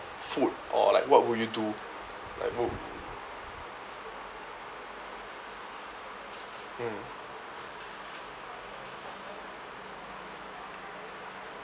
food or like what would you do like wh~ mm